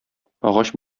агач